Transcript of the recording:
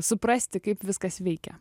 suprasti kaip viskas veikia